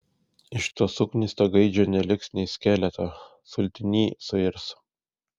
iš to suknisto gaidžio neliks nė skeleto sultiny suirs